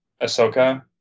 Ahsoka